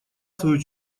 свою